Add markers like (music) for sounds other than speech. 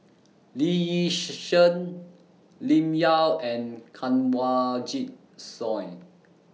Lee Yi (unintelligible) Shyan Lim Yau and Kanwaljit Soin